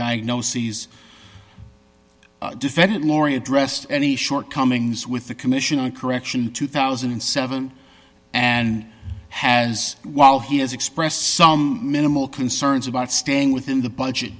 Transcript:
diagnoses defendant laurie addressed any shortcomings with the commission on correction two thousand and seven and has while he has expressed some minimal concerns about staying within the budget